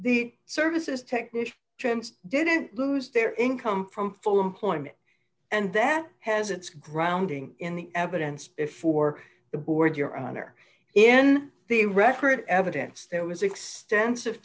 the services technician didn't lose their income from full employment and that has its grounding in the evidence before the board your honor if in the record evidence there was extensive